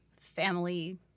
family